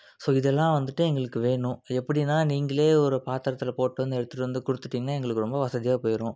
so இதெல்லாம் வந்துவிட்டு எங்களுக்கு வேணும் எப்படின்னா நீங்களே ஒரு பாத்திரத்துல போட்டு வந்து எடுத்துகிட்டு வந்து கொடுத்துட்டிங்கனா எங்களுக்கு ரொம்ப வசதியாக போயிடும்